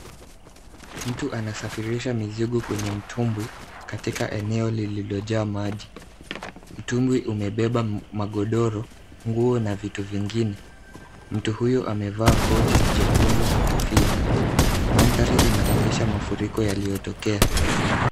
Mtu anasafirisha mizigo kwenye mtumbwi katika eneo lililojaa maji. Mtumbwi umebeba magodoro, nguo na vitu vingine. Mtu huyu amevaa koti jekundu na kofia. Mandhari inaonyesha mafuriko yaliyotokea.